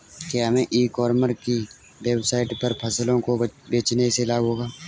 क्या हमें e commerce की वेबसाइट पर फसलों को बेचने से लाभ होगा?